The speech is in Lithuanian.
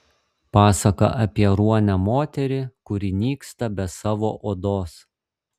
pasaka apie ruonę moterį kuri nyksta be savo odos